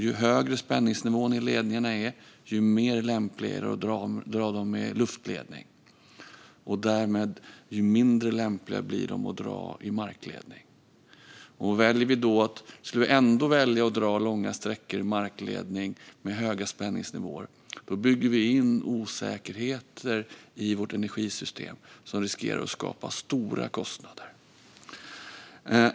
Ju högre spänningsnivån i ledningarna är, desto mer lämpligt är det att dra dem i luftledning och därmed desto mindre lämpligt att dra dem i markledning. Skulle vi ändå välja att dra långa sträckor i markledning med höga spänningsnivåer bygger vi in osäkerheter i vårt energisystem som riskerar att skapa stora kostnader.